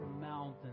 mountains